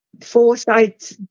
foresight